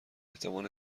احتمال